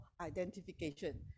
identification